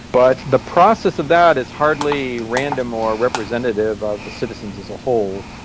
but the process of that is hardly random or representative of the citizens as a whole.